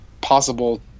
possible